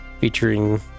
featuring